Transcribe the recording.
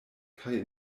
kaj